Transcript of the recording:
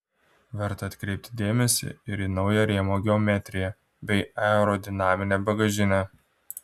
verta atkreipti dėmesį ir į naują rėmo geometriją bei aerodinaminę bagažinę